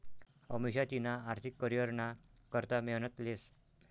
अमिषा तिना आर्थिक करीयरना करता मेहनत लेस